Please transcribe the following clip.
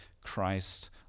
Christ